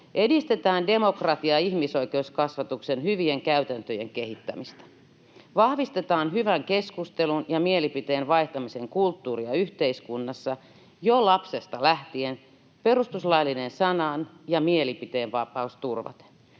”Edistetään demokratia- ja ihmisoikeuskasvatuksen hyvien käytäntöjen kehittämistä. Vahvistetaan hyvän keskustelun ja mielipiteen vaihtamisen kulttuuria yhteiskunnassa jo lapsesta lähtien perustuslaillinen sanan- ja mielipiteenvapaus turvaten.”